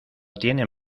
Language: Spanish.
tienen